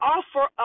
Offer